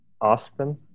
Austin